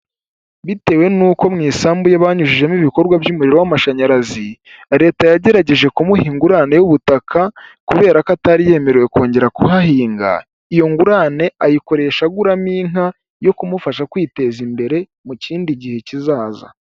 Bitewe n'uko mu isambu ye banyujijemo ibikorwa by'umuriro w'amashanyarazi, Leta yagerageje kumuha ingurane y'ubutaka kubera ko atari yemerewe kongera kuhahinga, iyo ngurane ayikoresha aguramo inka yo kumufasha kwiteza imbere mu kindi gihe kizaza.